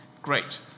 Great